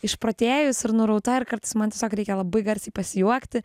išprotėjus ir nurauta ir kartais man tiesiog reikia labai garsiai pasijuokti